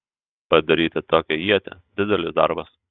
padaryti tokią ietį didelis darbas